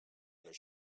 their